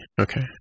Okay